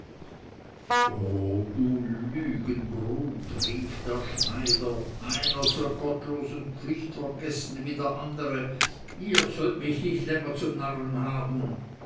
rief der schneider einer so gottlos und pflichtvergessen wie der andere ihr sollt mich nicht länger zum narren haben